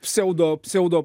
pseudo pseudo